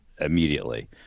immediately